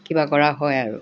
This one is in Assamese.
কিবা কৰা হয় আৰু